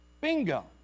Bingo